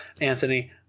Anthony